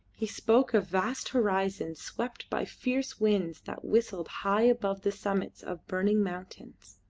he spoke of vast horizons swept by fierce winds that whistled high above the summits of burning mountains.